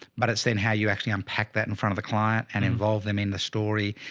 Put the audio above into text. but it's then how you actually unpack that in front of the client and involve them in the story.